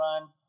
run